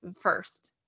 first